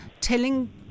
telling